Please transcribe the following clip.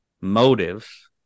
motives